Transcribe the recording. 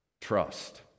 trust